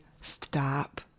Stop